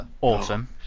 awesome